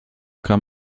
kann